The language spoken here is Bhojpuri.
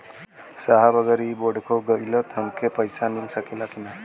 साहब अगर इ बोडखो गईलतऽ हमके पैसा मिल सकेला की ना?